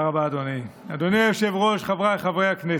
אדוני היושב-ראש, חבריי חברי הכנסת,